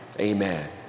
Amen